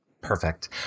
Perfect